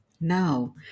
Now